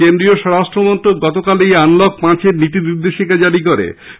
কেন্দ্রীয় স্বরাষ্ট্রমন্ত্রক গতকাল এই আনলক পাঁচ এর নীতি নির্দেশিকা জারি করেছে